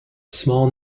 small